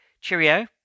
cheerio